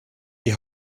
die